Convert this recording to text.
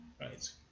right